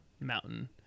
mountain